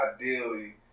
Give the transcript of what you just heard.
ideally